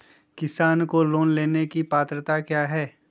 किसान को लोन लेने की पत्रा क्या है?